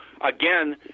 Again